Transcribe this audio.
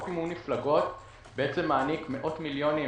חוק מימון מפלגות מעניק מאות מיליונים